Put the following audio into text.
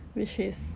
which is